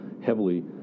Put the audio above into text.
heavily